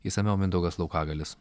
išsamiau mindaugas laukagalius